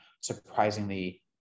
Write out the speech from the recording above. surprisingly